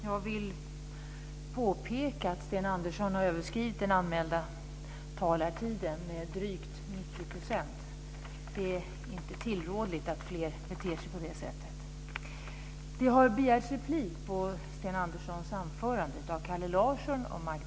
Jag vill påpeka att Sten Andersson har överskridit den anmälda talartiden med drygt 90 %. Det är inte tillrådligt att fler beter sig på det sättet.